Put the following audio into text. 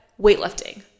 weightlifting